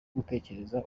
gutekereza